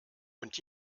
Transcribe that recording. und